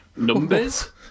Numbers